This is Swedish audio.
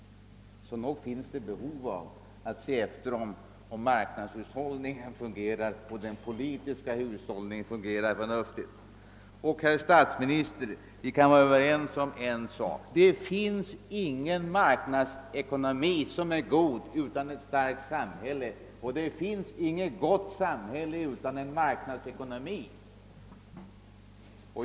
Det finns alltså alla skäl att bevaka att marknadshushållningen och den politiska verksamheten fungerar på ett förnuftigt sätt. Herr statsminister! Vi kan vara överens om en sak, nämligen att det inte finns någon god marknadsekonomi utan ett starkt samhälle och att det inte finns något gott samhälle utan en marknadsekonomi.